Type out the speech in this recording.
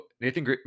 Nathan